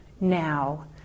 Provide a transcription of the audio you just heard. now